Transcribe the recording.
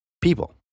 people